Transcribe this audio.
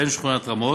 בין שכונת רמות,